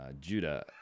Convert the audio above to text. Judah